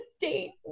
date